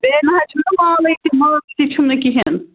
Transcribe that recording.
بہٕ نہَ حظ چھُم نہٕ مٲلٕے مٲلٕے تہِ چھُم نہٕ کِہیٖنٛۍ